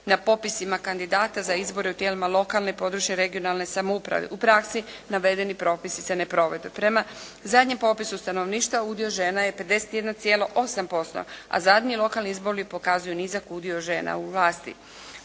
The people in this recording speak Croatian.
na popisima kandidata za izbore u tijelima lokalne i područne (regionalne) samouprave. U praksi navedeni propisi se ne provode. Prema zadnjem popisu stanovništva udio žena je 51,8%, a zadnji lokalni izbori pokazuju nizak udio žena u vlasti.